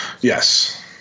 Yes